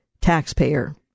taxpayer